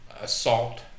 assault